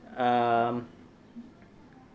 um